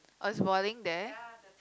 oh it was boiling there